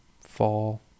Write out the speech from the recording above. fall